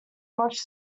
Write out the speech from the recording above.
much